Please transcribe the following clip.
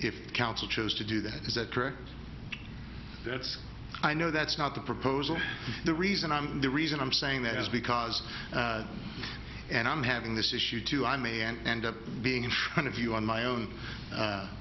if council chose to do that is that correct that's i know that's not the proposal the reason i'm the reason i'm saying that is because and i'm having this issue too i may end up being in front of you on my own